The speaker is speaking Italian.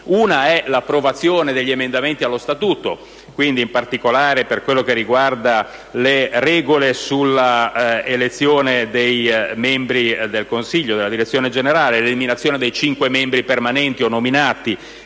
luogo, l'approvazione degli emendamenti allo statuto, in particolare per quello che riguarda le regole sull'elezione dei membri del consiglio, della direzione generale, la determinazione dei cinque membri permanenti o nominati